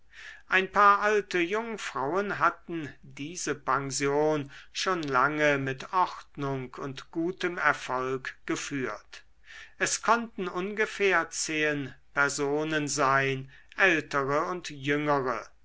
ein paar alte jungfrauen hatten diese pension schon lange mit ordnung und gutem erfolg geführt es konnten ungefähr zehen personen sein ältere und jüngere